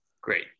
Great